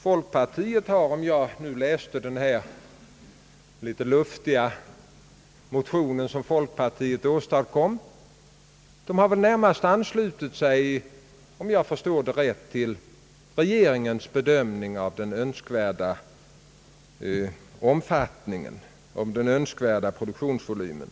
Folkpartiet har, om jag nu rätt förstod den litet luftiga motion som man åstadkommit, närmast anslutit sig till regeringens bedömning av den önskvärda produktionsvolymen.